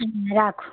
হুম রাখো